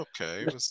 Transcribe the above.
okay